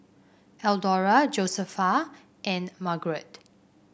Eldora Josefa and Margarett